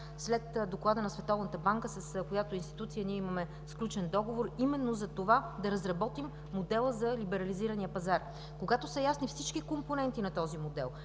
Световната банка, с която институция имаме сключен договор именно да разработим модела за либерализирания пазар. Когато са ясни всички компоненти на този модел,